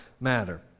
matter